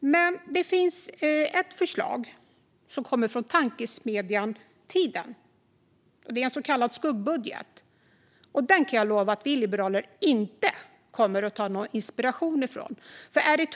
Men det finns ett förslag som kommer från Tankesmedjan Tiden. Det är en så kallad skuggutredning. Jag kan lova att vi liberaler inte kommer att ta någon inspiration från den.